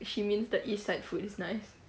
she means the east side food is nice